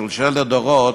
שלשלת הדורות,